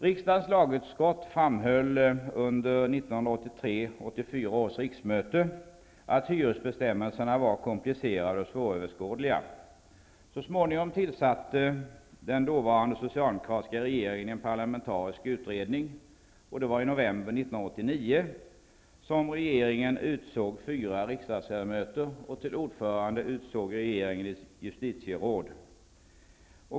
Riksdagens lagutskott framhöll under 1983/84 års riksmöte att hyresbestämmelserna var komplicerade och svåröverskådliga. Så småningom tillsatte den dåvarande socialdemokratiska regeringen en parlamentarisk utredning. I november 1989 utsåg regeringen fyra riksdagsledamöter med ett justitieråd som ordförande att ingå i kommittén.